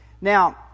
Now